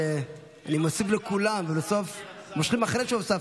אני מוסיף לכולם, ובסוף מושכים אחרי שהוספתי.